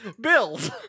bills